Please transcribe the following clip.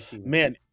Man